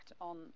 on